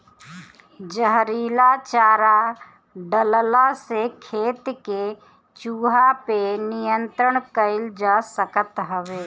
जहरीला चारा डलला से खेत के चूहा पे नियंत्रण कईल जा सकत हवे